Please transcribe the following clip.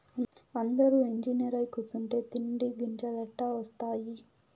అందురూ ఇంజనీరై కూసుంటే తిండి గింజలెట్టా ఒస్తాయి